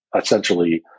essentially